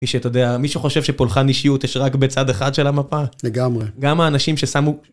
מי שאתה יודע מי שחושב שפולחן אישיות יש רק בצד אחד של המפה. לגמרי, גם האנשים ששמו